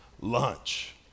lunch